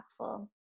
impactful